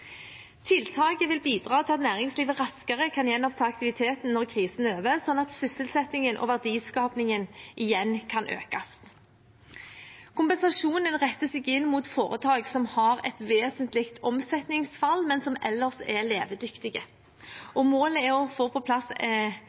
Tiltaket vil bidra til at næringslivet raskere kan gjenoppta aktiviteten når krisen er over, slik at sysselsettingen og verdiskapingen igjen kan økes. Kompensasjonen retter seg inn mot foretak som har et vesentlig omsetningsfall, men som ellers er levedyktige. Målet er raskt å få på plass